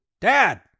Dad